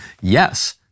Yes